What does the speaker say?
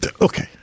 Okay